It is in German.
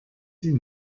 sie